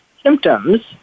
symptoms